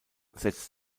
setzt